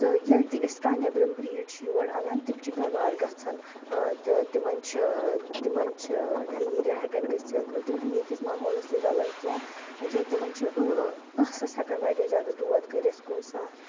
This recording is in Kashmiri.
تہٕ ییٚلہِ تہِ أسۍ کانٛہہ نِؠبِرم بریٖڈ چھِ یور اَنان تِم چھِ بؠمار گَژھان تہٕ تِمَن چھِ تِمن چھِ ڈایریا ہؠکان گٔژھِتھ تِم چھِنہٕ ییٚتہِ کِس ماحولَس سٟتۍ رَلان کینٛہہ یا تِمَن چھِ ٲسَس ہؠکَان واریاہ زِیادٕ دود کٔرِتھ کُنہِ ساتہٕ